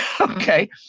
Okay